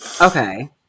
Okay